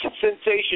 sensation